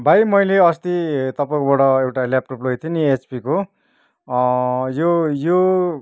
भाइ मैले अस्ति तपाईँकोबाट एउटा ल्यापटप लगेको थिएँ नि एचपीको यो यो